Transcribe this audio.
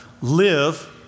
live